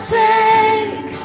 take